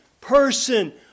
person